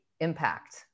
impact